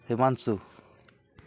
Himanshu